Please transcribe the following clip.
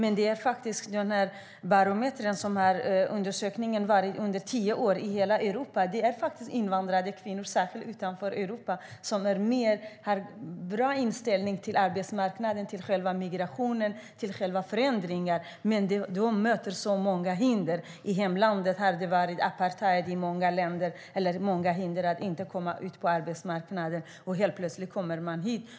En undersökning som har gjorts i hela Europa under de senaste tio åren visar att invandrade kvinnor, särskilt från länder utanför Europa, har en bra inställning till arbetsmarknaden, till själva migrationen och till förändringar. Men de möter många hinder. I hemlandet har det varit apartheid med många hinder för att komma ut på arbetsmarknaden. Helt plötsligt kommer de hit.